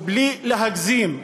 ובלי להגזים,